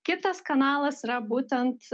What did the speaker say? kitas kanalas yra būtent